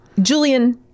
Julian